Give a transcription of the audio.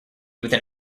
within